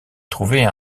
trouver